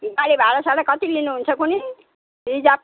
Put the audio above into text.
गाडी भाडासाडा कति लिनुहुन्छ कुनि रिजर्व